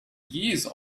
years